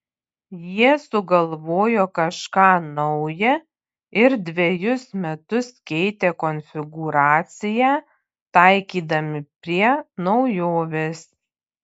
jie sugalvojo kažką nauja ir dvejus metus keitė konfigūraciją taikydami prie naujovės